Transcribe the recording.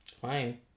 Fine